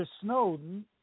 Snowden